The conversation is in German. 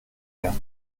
ihr